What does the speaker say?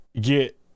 get